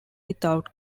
without